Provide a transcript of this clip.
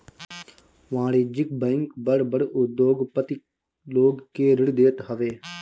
वाणिज्यिक बैंक बड़ बड़ उद्योगपति लोग के ऋण देत हवे